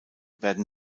werden